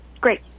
Great